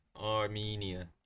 Armenia